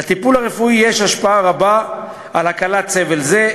לטיפול הרפואי יש השפעה רבה על הקלת סבל זה,